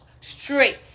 straight